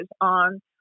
on